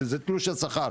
שזה תלוש השכר,